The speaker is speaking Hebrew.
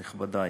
נכבדי,